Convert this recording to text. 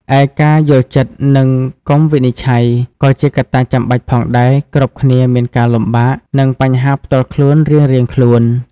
ឯការ យល់ចិត្ត និងកុំវិនិច្ឆ័យ ក៏ជាកត្តាចាំបាច់ផងដែរ គ្រប់គ្នាមានការលំបាក និងបញ្ហាផ្ទាល់ខ្លួនរៀងៗខ្លួន។